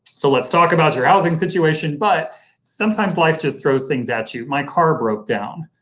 so let's talk about your housing situation, but sometimes life just throws things at you. my car broke down,